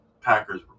Packers